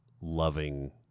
loving